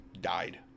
died